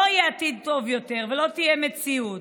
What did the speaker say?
לא יהיה עתיד טוב יותר ולא תהיה מציאות.